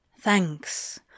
thanks